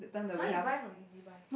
!huh! you buy from e_z-buy